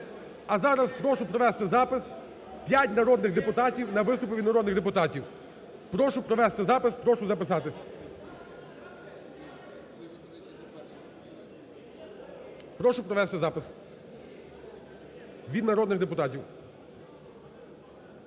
А зараз прошу провести запис п'ять народних депутатів на виступи від народних депутатів. Прошу провести запис, прошу записатись. Прошу провести запис від народних депутатів.